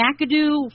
McAdoo